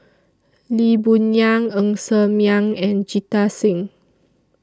Lee Boon Yang Ng Ser Miang and Jita Singh